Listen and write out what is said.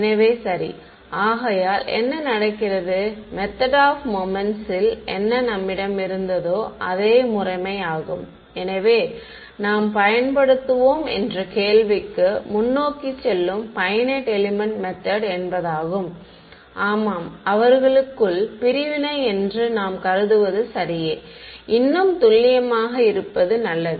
எனவே சரி ஆகையால் என்ன நடக்கிறது மெத்தெட் ஆப் மொமெண்ட்ஸில் என்ன நம்மிடம் இருந்தததோ அதே முறைமையாகும் எதை நாம் பயன்படுத்துவோம் என்ற கேள்விக்கு முன்னோக்கி செல்லும் பையனைட் எலிமெண்ட் மெத்தட் என்பதாகும் ஆமாம் அவர்களுக்குள் பிரிவினை என்று நாம் கருதுவது சரியே இன்னும் துல்லியமாக இருப்பது நல்லது